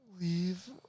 leave